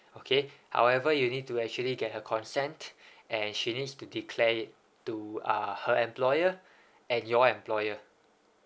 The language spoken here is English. okay however you need to actually get her consent and she needs to declare it to uh her employer and your employer